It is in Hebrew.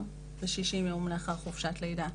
מהעובדות היו כ-60 יום לאחר חופשת לידה.